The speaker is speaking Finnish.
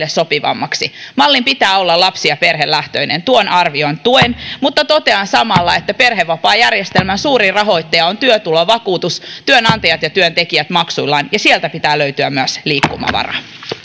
perheille sopivammaksi mallin pitää olla lapsi ja perhelähtöinen tuota arviota tuen mutta totean samalla että perhevapaajärjestelmän suurin rahoittaja on työtulovakuutus työnantajat ja työntekijät maksuillaan ja sieltä pitää löytyä myös liikkumavaraa